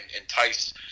entice